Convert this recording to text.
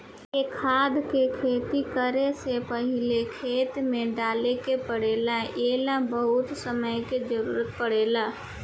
ए खाद के खेती करे से पहिले खेत में डाले के पड़ेला ए ला बहुत समय के जरूरत पड़ेला